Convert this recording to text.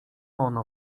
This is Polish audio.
ono